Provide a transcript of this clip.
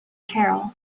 carol